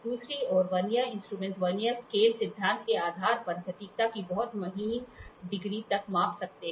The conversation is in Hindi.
दूसरी ओर वर्नियर इंस्ट्रूमेंट्स वर्नियर स्केल सिद्धांत के आधार पर सटीकता की बहुत महीन डिग्री तक माप सकते हैं